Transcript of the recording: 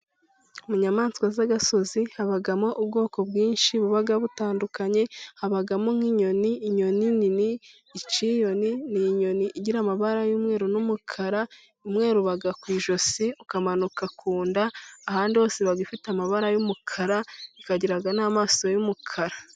Mu nyamaswa z'agasozi habamo ubwoko bwinshi buba butandukanye, habamo nk'inyoni inyoni nini. Icyiyoni ni inyoni igira amabara y'umweru n'umukara, umweru uba ku ijosi ukamanuka ku nda ahandi hose iba ifite amabara y'umukara, ikagira n'amaso y'umukara.